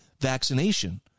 vaccination